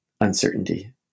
uncertainty